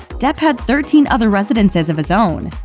depp had thirteen other residences of his own.